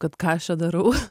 kad ką aš čia darau